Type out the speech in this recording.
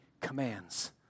commands